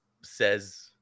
says